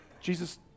Jesus